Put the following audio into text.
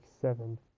seven